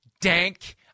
dank